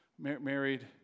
married